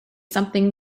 something